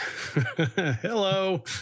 Hello